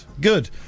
Good